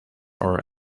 are